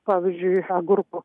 pavyzdžiui agurkų